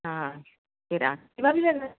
हा केरु आरती भाभी पिया ॻाल्हायो